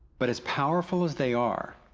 but as powerful as they are,